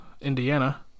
Indiana